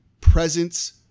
presence